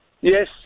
Yes